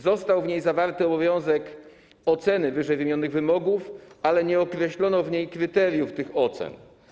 Został w niej zawarty obowiązek oceny ww. wymogów, ale nie określono w niej kryteriów tych ocen.